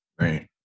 Right